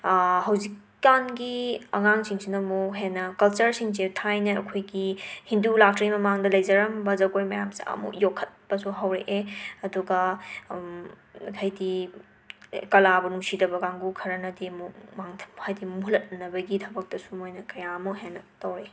ꯍꯧꯖꯤꯛ ꯀꯥꯟꯒꯤ ꯑꯉꯥꯡꯁꯤꯡꯁꯤꯅ ꯑꯃꯨꯛ ꯍꯦꯟꯅ ꯀꯜꯆꯔꯁꯤꯡꯁꯦ ꯊꯥꯏꯅ ꯑꯈꯣꯏꯒꯤ ꯍꯤꯟꯗꯨ ꯂꯥꯛꯇ꯭ꯔꯤꯉꯩ ꯃꯃꯥꯡꯗ ꯂꯩꯖꯔꯝꯕ ꯖꯒꯣꯏ ꯃꯌꯥꯝꯁꯦ ꯑꯃꯨꯛ ꯌꯣꯛꯈꯠꯄꯁꯦ ꯍꯧꯔꯑꯦ ꯑꯗꯨꯒ ꯍꯥꯏꯗꯤ ꯀꯂꯥꯕꯨ ꯅꯨꯡꯁꯤꯗꯕ ꯀꯥꯡꯒꯨ ꯈꯔꯅꯗꯤ ꯑꯃꯨꯛ ꯃꯥꯡꯊ ꯍꯥꯏꯗꯤ ꯃꯨꯠꯍꯟꯅꯕꯒꯤ ꯊꯕꯛꯇꯁꯨ ꯃꯣꯏꯅ ꯀꯌꯥꯃꯨ ꯍꯦꯟꯅ ꯇꯧꯔꯛꯏ